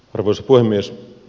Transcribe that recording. arvoisa puhemies